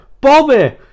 Bobby